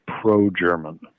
pro-German